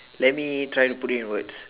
let me try to put it in words